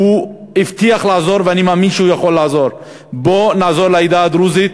והוא הבטיח לעזור ואני מאמין שהוא יכול לעזור: בוא ונעזור לעדה הדרוזית